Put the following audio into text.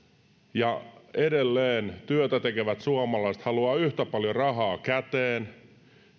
ja edelleen työtä tekevät suomalaiset haluavat yhtä paljon rahaa käteen